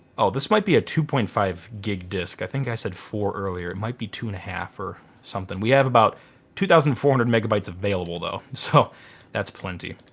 oh this might be a two point five gig disc. i think i said four earlier. it might be two and a half or something. we have about two thousand four hundred megabytes available though. so that's plenty.